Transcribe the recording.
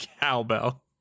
cowbell